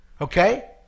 Okay